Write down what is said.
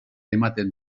ematen